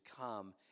come